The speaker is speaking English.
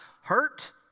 Hurt